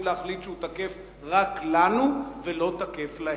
להחליט שהוא תקף רק לנו ולא תקף להם.